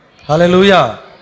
Hallelujah